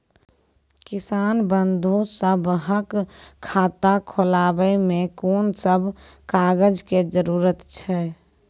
किसान बंधु सभहक खाता खोलाबै मे कून सभ कागजक जरूरत छै?